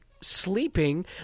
sleeping